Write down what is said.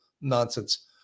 nonsense